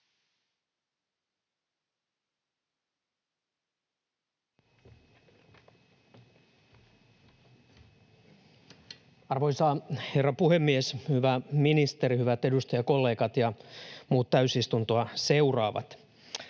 Arvoisa herra puhemies! Hyvä ministeri, hyvät edustajakollegat ja muut täysistuntoa seuraavat!